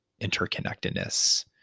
interconnectedness